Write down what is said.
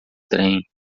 trem